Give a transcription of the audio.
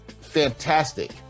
fantastic